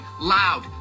loud